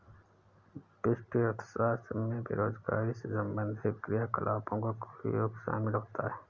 व्यष्टि अर्थशास्त्र में बेरोजगारी से संबंधित क्रियाकलापों का कुल योग शामिल होता है